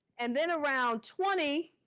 and then around twenty,